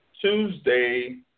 Tuesday